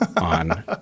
on